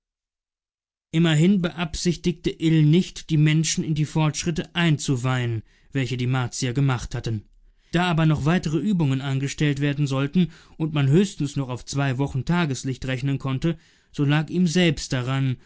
immerhin beabsichtigte ill nicht die menschen in die fortschritte einzuweihen welche die martier gemacht hatten da aber noch weitere übungen angestellt werden sollten und man höchstens noch auf zwei wochen tageslicht rechnen konnte so lag ihm selbst daran